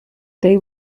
they